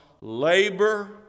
labor